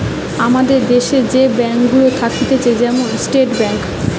আমাদের দ্যাশে যে ব্যাঙ্ক গুলা থাকতিছে যেমন স্টেট ব্যাঙ্ক